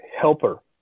helper